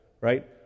right